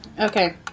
Okay